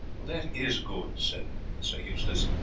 that is good, said sir eustace,